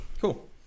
Cool